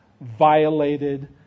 violated